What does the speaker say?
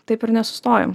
taip ir nesustojam